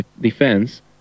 defense